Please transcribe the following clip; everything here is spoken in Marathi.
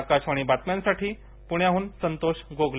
आकाशवाणी बाताम्याम्साठी पुण्य्ताहून संतोष गोगले